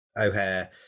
O'Hare